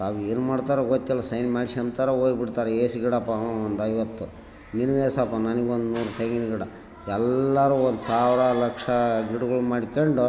ಅದೇನ್ಮಾಡ್ತಾರೋ ಗೊತ್ತಿಲ್ಲ ಸೈನ್ ಮಾಡ್ಸಂತಾರ ಹೋಗ್ಬಿಡ್ತರ ಏಸ್ ಗಿಡಪ್ಪಾ ಅವ್ನು ಒಂದು ಐವತ್ತು ನಿನ್ನೇ ಸಲ್ಪ ನನಗೆ ಒಂದು ನೂರು ತೆಂಗಿನಗಿಡ ಎಲ್ಲರೂ ಒಂದುಸಾವ್ರ ಲಕ್ಷ ಗಿಡಗಳನ್ ಮಾಡ್ಕೊಂಡ್